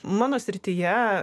mano srityje